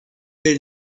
been